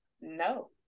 No